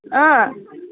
अँ